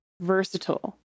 versatile